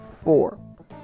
four